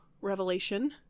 revelation